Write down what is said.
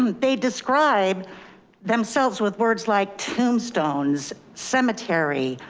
um they describe themselves with words like tombstones, cemetery,